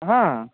हा